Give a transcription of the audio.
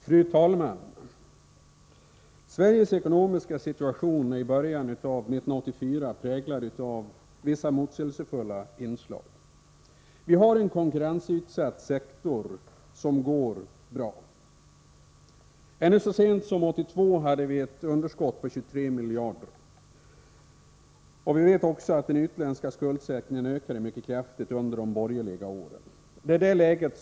Fru talman! Sveriges ekonomiska situation i början av 1984 präglas av vissa motsägelsefulla inslag. Vi har en konkurrensutsatt sektor som går bra. Ännu så sent som 1982 hade vi ett underskott på 23 miljarder. Den utländska skuldsättningen ökade under de borgerliga åren mycket kraftigt.